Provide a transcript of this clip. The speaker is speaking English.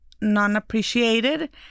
non-appreciated